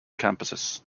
campuses